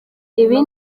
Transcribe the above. ibi